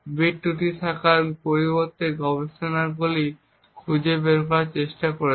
bit ত্রুটি থাকার পরিবর্তে গবেষকরা খুঁজে বের করার চেষ্টা করেছেন